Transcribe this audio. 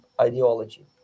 ideology